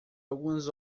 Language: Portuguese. algumas